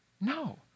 No